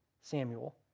Samuel